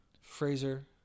fraser